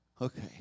Okay